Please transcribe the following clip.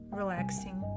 relaxing